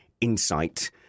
insight